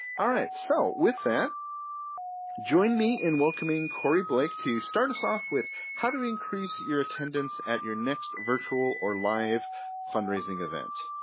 all right, so with that join me in welcoming corey blake to start us off with how to increase your attendance at your next virtual or live fundraising event.